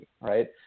right